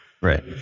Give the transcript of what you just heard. right